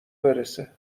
برسه